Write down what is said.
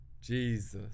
Jesus